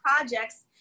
projects